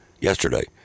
yesterday